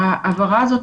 ההעברה הזאת,